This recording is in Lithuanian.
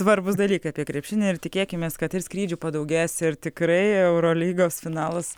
svarbūs dalykai apie krepšinį ir tikėkimės kad ir skrydžių padaugės ir tikrai eurolygos finalas